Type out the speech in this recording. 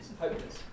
hopeless